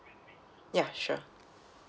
ya sure